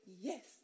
yes